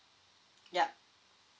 yup